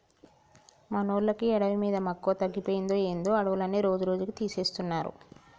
మనోళ్ళకి అడవి మీద మక్కువ తగ్గిపోయిందో ఏందో అడవులన్నీ రోజురోజుకీ తీసేస్తున్నారు